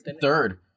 third